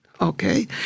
Okay